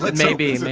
but maybe, like